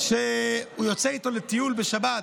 שהוא יוצא איתו לטיול בשבת.